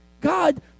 God